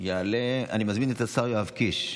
אני מזמין את השר יואב קיש,